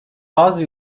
bazı